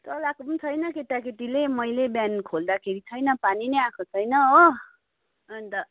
चलाएको पनि छैन केटाकेटीले मैले निहान खोल्दाखेरि छैन पानी नै आएको छैन हो अन्त